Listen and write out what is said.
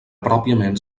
pròpiament